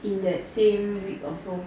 in that same week or so